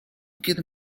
get